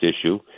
issue